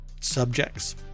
subjects